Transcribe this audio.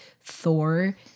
Thor